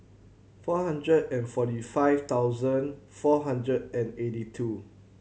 four hundred and forty five thousand four hundred and eighty two